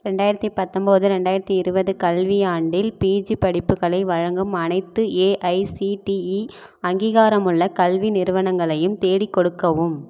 ரெண்டாயிரத்தி பத்தொன்போது ரெண்டாயிரத்தி இருபது கல்வியாண்டில் பிஜி படிப்புகளை வழங்கும் அனைத்து ஏஐசிடிஇ அங்கீகாரமுள்ள கல்வி நிறுவனங்களையும் தேடிக் கொடுக்கவும்